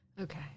okay